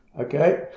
Okay